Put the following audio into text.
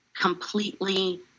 completely